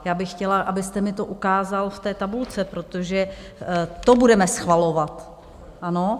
Já bych chtěla, abyste mi to ukázal v té tabulce, protože to budeme schvalovat, ano?